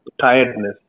tiredness